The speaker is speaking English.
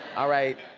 all right?